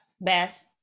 best